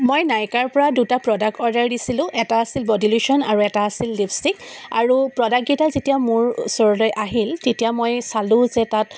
মই নাইকাৰ পৰা দুটা প্ৰডাক্ট অৰ্ডাৰ দিছিলোঁ এটা আছিল বডী লোশ্যন আৰু এটা আছিল লিপষ্টিক আৰু প্ৰডাক্টকেইটা যেতিয়া মোৰ ওচৰলৈ আহিল তেতিয়া মই চালোঁ যে তাত